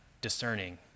discerning